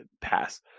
pass